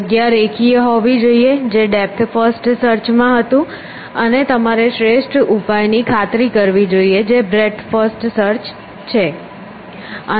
જગ્યા રેખીય હોવી જોઈએ જે ડેપ્થ ફર્સ્ટ સર્ચ માં હતું અને તમારે શ્રેષ્ઠ ઉપાયની ખાતરી કરવી જોઈએ કે જે બ્રેડ્થ ફર્સ્ટ સર્ચ છે